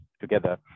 together